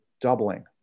doubling